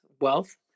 wealth